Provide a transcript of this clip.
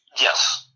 yes –